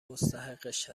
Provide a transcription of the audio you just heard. مستحقش